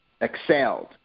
excelled